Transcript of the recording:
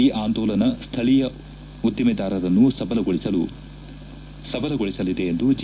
ಈ ಆಂದೋಲನ ಸ್ಥಳೀಯ ಉದ್ದಿಮೆದಾರರನ್ನು ಸಬಲಗೊಳಿಸಲಿದೆ ಎಂದು ಜೆ